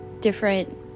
different